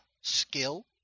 skill